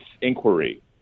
inquiry